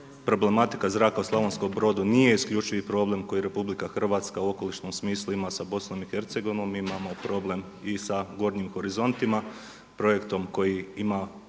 Problematika zraka u Slavonskom Brodu nije isključivi problem koji Republika Hrvatska u okolišnom smislu ima sa Bosnom i Hercegovinom, imamo problem i sa „gornjim horizontima“, projektom koji ima